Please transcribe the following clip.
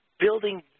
building